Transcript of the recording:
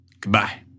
Goodbye